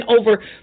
over